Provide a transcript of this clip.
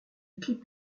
clip